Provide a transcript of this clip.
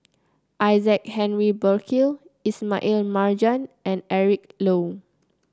Isaac Henry Burkill Ismail Marjan and Eric Low